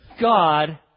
God